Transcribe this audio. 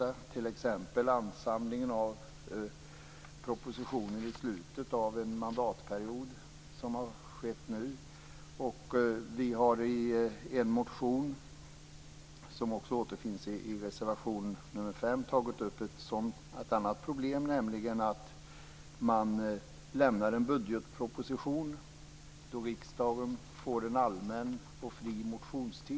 Jag tänker då t.ex. på den ansamling av propositioner i slutet av en mandatperiod som nu har skett. Vi har i en motion tagit upp ett annat problem, som också återfinns i reservation 5, nämligen att regeringen lämnar en budgetproposition och att riksdagen då får en allmän och fri motionstid.